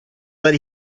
but